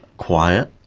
quiet.